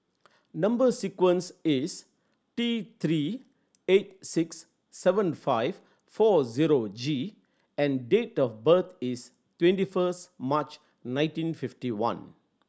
number sequence is T Three eight six seven five four zero G and date of birth is twenty first March nineteen fifty one